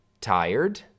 tired